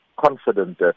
confident